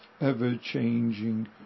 ever-changing